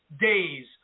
days